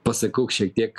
pasakau šiek tiek